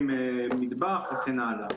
מטבח וכן הלאה.